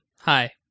hi